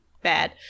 bad